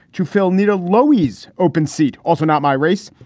to fill need a lowys open seat. also not my race.